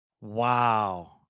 Wow